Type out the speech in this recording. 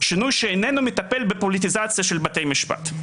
שינוי שאיננו מטפל בפוליטיזציה של בתי משפט.